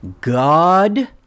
God